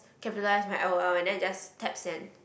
capitalise my L_O_L and then I just tap send